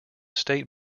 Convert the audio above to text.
state